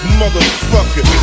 motherfucker